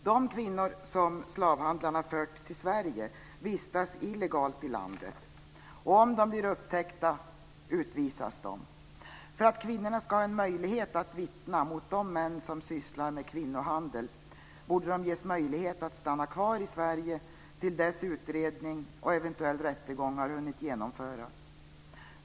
De kvinnor som slavhandlarna fört till Sverige vistas illegalt i landet och om de blir upptäckta utvisas de. För att kvinnorna ska ha en möjlighet att vittna mot de män som sysslar med kvinnohandel borde de ges möjlighet att stanna kvar i Sverige tills utredning och eventuell rättegång har hunnit genomföras.